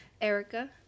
Erica